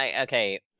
okay